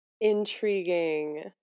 intriguing